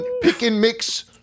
pick-and-mix